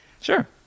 sure